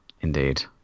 indeed